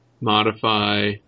modify